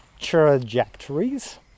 trajectories